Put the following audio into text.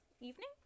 evening